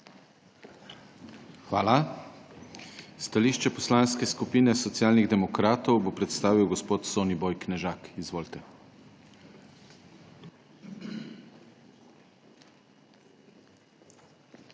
Hvala. Stališče Poslanske skupine Socialnih demokratov bo predstavil gospod Soniboj Knežak. SONIBOJ KNEŽAK